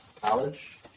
College